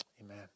Amen